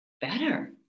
better